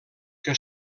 que